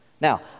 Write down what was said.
Now